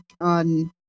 on